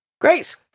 Great